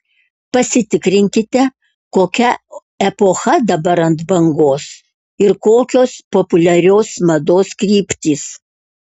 pasitikrinkite kokia epocha dabar ant bangos ir kokios populiarios mados kryptys